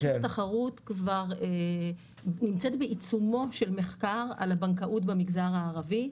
רשות התחרות כבר נמצאת בעיצומו של מחקר על הבנקאות במגזר הערבי,